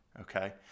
Okay